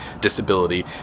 disability